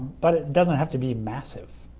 but it doesn't have to be massive,